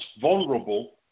vulnerable